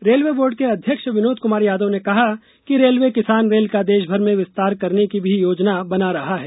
railway board के अध्यक्ष विनोद कुमार यादव ने कहा कि रेलवे किसान रेल का देश भर में विस्तार करने की भी योजना बना रहा है